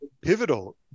pivotal